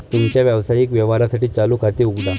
तुमच्या व्यावसायिक व्यवहारांसाठी चालू खाते उघडा